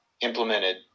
implemented